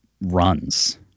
runs